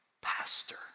pastor